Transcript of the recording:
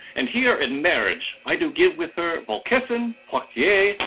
and here in marriage i do give with her volquessen, poictiers, yeah